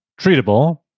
treatable